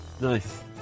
Nice